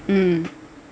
mm